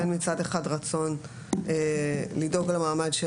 בין רצון לדאוג למעמד,